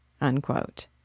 unquote